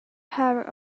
hour